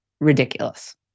ridiculous